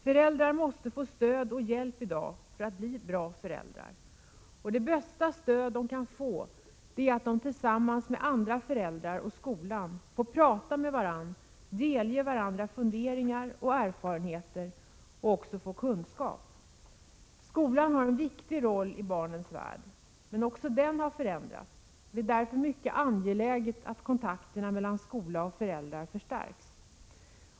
Föräldrar måste få stöd och hjälp i dag för att bli bra föräldrar. Det bästa stöd de kan få är att de kan tala med andra föräldrar och skolans representanter och delge varandra funderingar och erfarenheter, och också få kunskap. Skolan har en viktig roll i barnens värld. Men också den har förändrats. Det är därför mycket angeläget att kontakterna mellan skola och föräldrar förstärks.